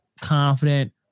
confident